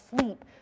sleep